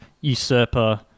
usurper